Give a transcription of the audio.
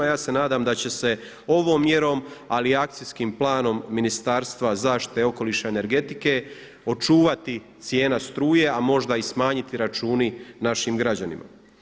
A ja se nadam da će se ovom mjerom ali i akcijskim planom Ministarstva zaštite okoliša i energetike očuvati cijena struje, a možda i smanjiti računi našim građanima.